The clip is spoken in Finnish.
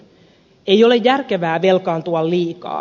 ei ole järkevää velkaantua liikaa